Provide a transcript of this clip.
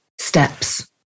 steps